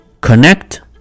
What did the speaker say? connect